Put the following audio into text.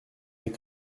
est